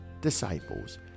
disciples